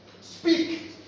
Speak